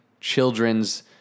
children's